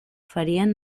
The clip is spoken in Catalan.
farien